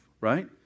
right